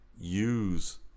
use